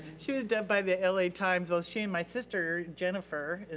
she was dubbed by the la times, while she and my sister, jennifer,